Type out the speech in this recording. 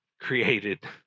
created